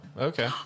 okay